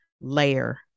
layer